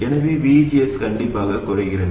எனவே VGS கண்டிப்பாக குறைகிறது